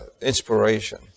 inspiration